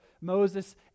Moses